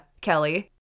Kelly